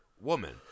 woman